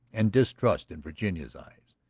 and distrust in virginia's eyes.